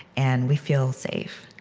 and we feel safe,